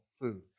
food